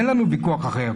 אין לנו ויכוח אחר.